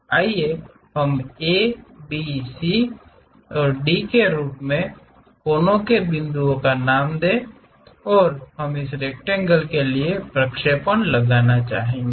आइए हम A B C और डी के रूप में कोने के बिंदुओं का नाम दें हम इस रेक्टेंगल के लिए प्रक्षेपण लगाना चाहेंगे